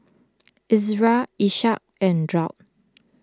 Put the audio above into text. Izara Ishak and Daud